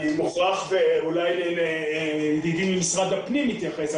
אולי ידידי ממשרד הפנים יתייחס,